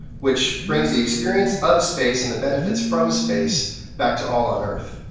which brings the experience of space and the benefits from space back to all on earth.